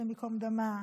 השם ייקום דמה,